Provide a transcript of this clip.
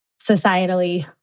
societally